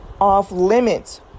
off-limits